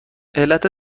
علت